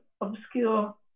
obscure